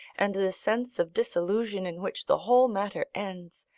and the sense of disillusion in which the whole matter ends,